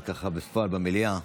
ככה בפועל במליאה,